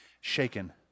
shaken